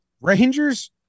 Rangers